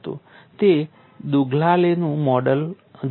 તેં દુગ્દાલેનું model Dugdale's model જોયું હતું